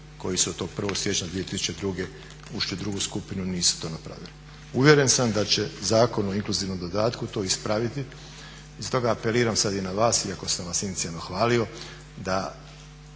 koji su tog 1.siječnja 2002.ušli u drugu skupinu nisu to napravili. Uvjeren sam da će Zakon o inkluzivnom dodatku to ispraviti i stoga apeliram sada i na vas iako sam vas inicijalno hvalio da